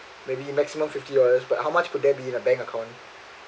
maybe you maximum fifty dollars but how much will there be in a bank account